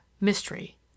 Mystery